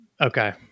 Okay